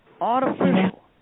Artificial